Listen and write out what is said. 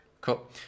Cool